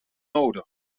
nodig